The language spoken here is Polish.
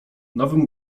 nowym